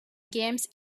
games